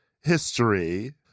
history